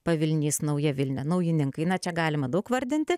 pavilnys nauja vilnia naujininkai na čia galima daug vardinti